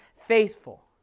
faithful